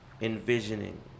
envisioning